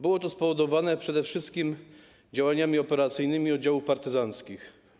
Było to spowodowane przede wszystkim działaniami operacyjnymi oddziałów partyzanckich.